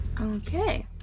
okay